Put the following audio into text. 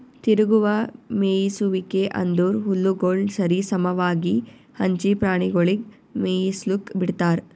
ತಿರುಗುವ ಮೇಯಿಸುವಿಕೆ ಅಂದುರ್ ಹುಲ್ಲುಗೊಳ್ ಸರಿ ಸಮವಾಗಿ ಹಂಚಿ ಪ್ರಾಣಿಗೊಳಿಗ್ ಮೇಯಿಸ್ಲುಕ್ ಬಿಡ್ತಾರ್